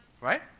Right